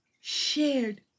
shared